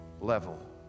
Level